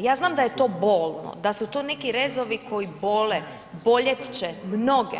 Ja znam da je to bolno, da su to neki rezovi koji bole, boljet će mnoge,